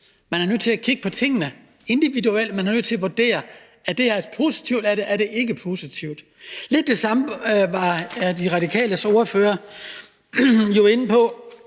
Man er nødt til at kigge på tingene individuelt; man er nødt til at vurdere: Er det her positivt, eller er det ikke positivt? De Radikales ordfører var jo inde på